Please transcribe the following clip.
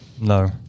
No